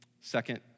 Second